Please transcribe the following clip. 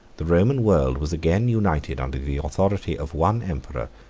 the roman world was again united under the authority of one emperor,